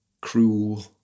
cruel